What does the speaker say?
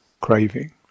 craving